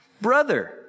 brother